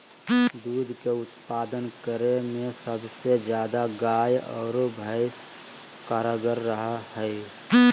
दूध के उत्पादन करे में सबसे ज्यादा गाय आरो भैंस कारगार रहा हइ